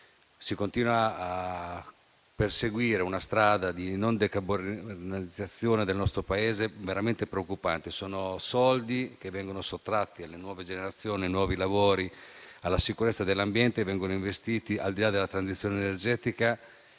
si continua a perseguire una strada di non decarbonizzazione veramente allarmante. Sono risorse che vengono sottratte alle nuove generazioni, ai nuovi lavori e alla sicurezza dell'ambiente e che vengono investite, al di là della transizione energetica,